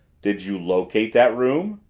did you locate that room?